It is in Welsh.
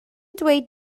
dweud